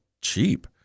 cheap